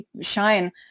shine